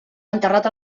enterrat